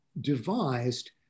devised